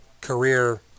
career –